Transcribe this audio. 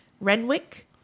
Renwick